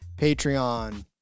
Patreon